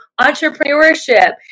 entrepreneurship